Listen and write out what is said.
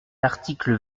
l’article